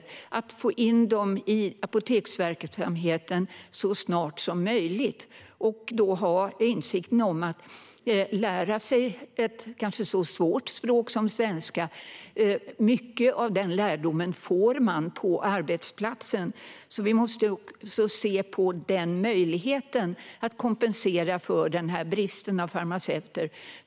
Det gäller att få in dem i apoteksverksamheten så snabbt som möjligt och att ha insikten att mycket av kunskaperna i det svenska språket, som är ett svårt språk, får man på arbetsplatsen. Vi måste alltså också se på den möjligheten att kompensera för bristen på farmaceuter.